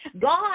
God